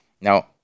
Now